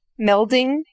melding